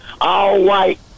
all-white